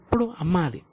ఎప్పుడు అమ్మాలి